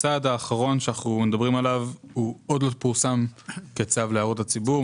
הצעד האחרון שאנחנו מדברים עליו עוד לא פורסם כצו להערות הציבור,